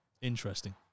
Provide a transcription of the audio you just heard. interesting